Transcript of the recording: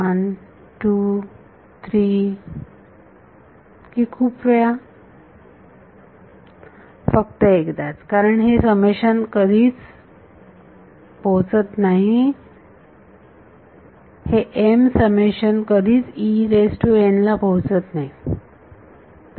1 2 3 की खूप वेळा फक्त एकदाच कारण हे समेशन कधीच पोहोचत नाही हे m समेशन कधीच ला पोहोचत नाही